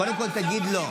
קודם כול תגיד לא.